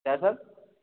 क्या सर